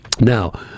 Now